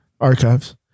archives